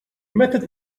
method